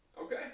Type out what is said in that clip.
Okay